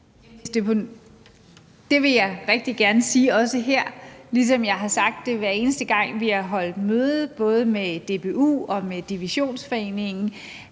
Jeg vil også rigtig gerne sige her, ligesom jeg har gjort det hver eneste gang, vi har holdt møde både med DBU og med Divisionsforeningen,